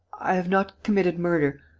i have not committed murder.